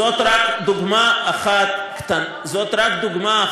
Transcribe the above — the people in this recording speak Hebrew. זאת רק דוגמה אחת קטנה